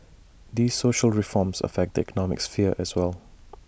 these social reforms affect the economic sphere as well